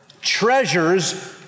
treasures